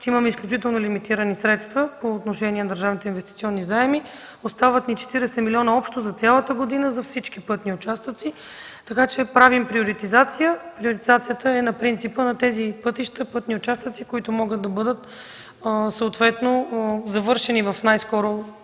имаме изключително лимитирани средства по отношение на държавните инвестиционни заеми. Остават ни 40 милиона общо за цялата година за всички пътни участъци. Така че правим приоритизация на принципа на тези пътища и пътни участъци, които могат да бъдат съответно завършени в най-скоро